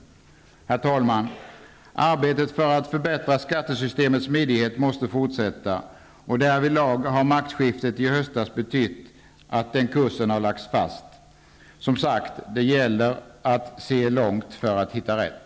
Herr talman! Arbetet för att förbättra skattesystemets smidighet måste fortsätta. Därvidlag har maktskiftet i höstas betytt att den kursen har lagts fast. Som sagt, det gäller att se långt för att hitta rätt.